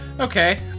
okay